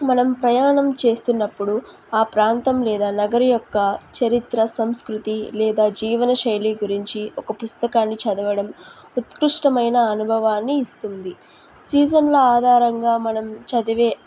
మనం ప్రయాణం చేస్తున్నప్పుడు ఆ ప్రాంతం లేదా నగర యొక్క చరిత్ర సంస్కృతి లేదా జీవన శైలి గురించి ఒక పుస్తకాన్ని చదవడం ఉత్కృష్టమైన అనుభవాన్ని ఇస్తుంది సీజన్ల ఆధారంగా మనం చదివే